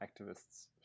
activists